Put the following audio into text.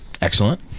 excellent